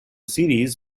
series